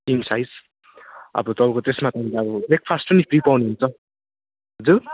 king size अब तपाईँको त्यसमा पनि अब ब्रेकफास्ट पनि फ्री पाउनुहुन्छ हजुर